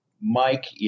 Mike